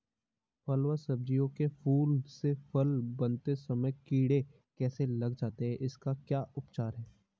फ़ल व सब्जियों के फूल से फल बनते समय कीड़े कैसे लग जाते हैं इसका क्या उपचार है?